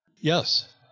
Yes